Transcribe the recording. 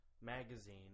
magazine